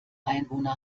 einwohner